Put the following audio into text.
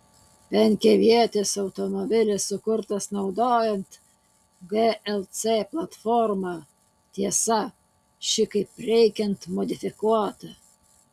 penkiavietis automobilis sukurtas naudojant glc platformą tiesa ši kaip reikiant modifikuota